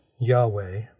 Yahweh